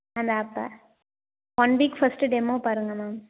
அந்த ஆப்பை one week first demo பாருங்கள் மேம்